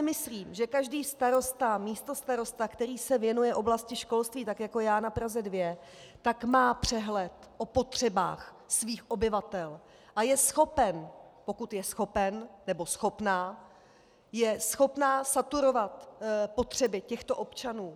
Myslím si, že každý starosta a místostarosta, který se věnuje oblasti školství tak jako já na Praze 2, má přehled o potřebách svých obyvatel a je schopen, pokud je schopen, nebo schopna, je schopna saturovat potřeby těchto občanů.